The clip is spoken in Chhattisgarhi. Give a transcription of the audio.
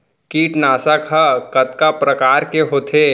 कीटनाशक ह कतका प्रकार के होथे?